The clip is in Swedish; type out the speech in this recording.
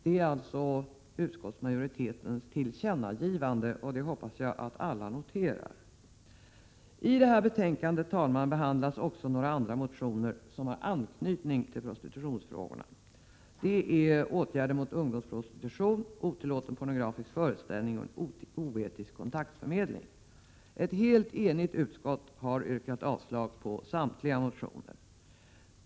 Det är utskottsmajoritetens förslag till tillkännagivande, och det hoppas jag att alla noterar. I det här betänkandet, herr talman, behandlas också några andra motioner, som har anknytning till prostitutionsfrågorna. De gäller åtgärder mot ungdomsprostitution, offentlig pornografisk föreställning och oetisk kontaktförmedling. Ett helt enigt utskott har avstyrkt samtliga dessa motioner.